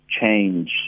change